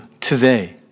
today